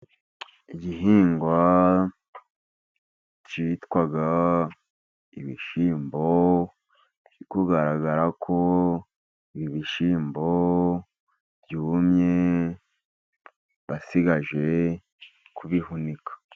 Igihingwa kitwa ibishyimbo biri kugaragara ko ibishyimbo byumye, basigaje kubihunika.